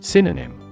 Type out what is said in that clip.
Synonym